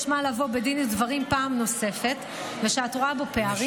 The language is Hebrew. מה לבוא בדין ודברים פעם נוספת ושאת רואה פערים,